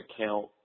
account